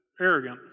arrogant